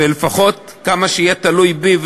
ולפחות כמה שיהיה תלוי בי,